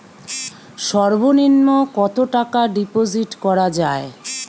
সর্ব নিম্ন কতটাকা ডিপোজিট করা য়ায়?